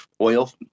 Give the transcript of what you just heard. oil